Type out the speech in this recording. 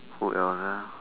hold on uh